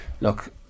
look